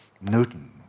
Newton